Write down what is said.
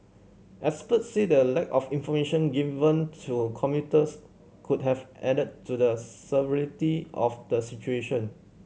experts said the lack of information given to commuters could have added to the severity of the situation